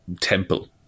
temple